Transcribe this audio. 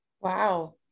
Wow